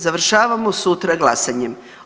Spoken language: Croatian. Završavamo sutra glasanjem.